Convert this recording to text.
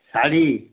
ଶାଢ଼ୀ